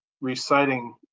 reciting